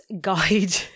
guide